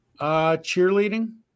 Cheerleading